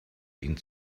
ihn